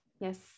Yes